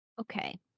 Okay